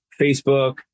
facebook